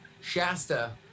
Shasta